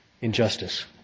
injustice